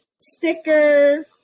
sticker